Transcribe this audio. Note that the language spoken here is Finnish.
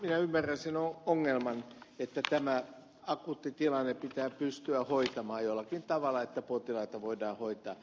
minä ymmärrän sen ongelman että tämä akuutti tilanne pitää pystyä hoitamaan jollakin tavalla että potilaita voidaan hoitaa